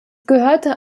gehörte